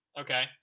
Okay